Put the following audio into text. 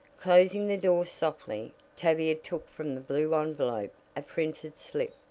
closing the door softly, tavia took from the blue envelope a printed slip.